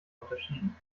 unterschieden